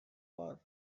war